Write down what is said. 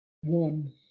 one